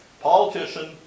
politician